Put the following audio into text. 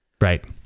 Right